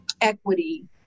equity